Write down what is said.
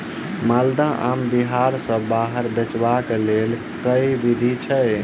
माल्दह आम बिहार सऽ बाहर बेचबाक केँ लेल केँ विधि छैय?